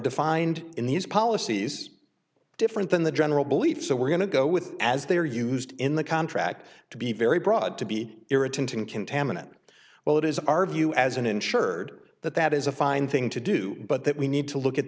defined in these policies different than the general belief so we're going to go with as they are used in the contract to be very broad to be irritant in contaminant well it is our view as an insured that that is a fine thing to do but that we need to look at